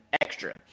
extra